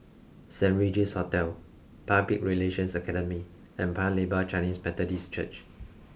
Saint Regis Hotel Public Relations Academy and Paya Lebar Chinese Methodist Church